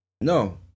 No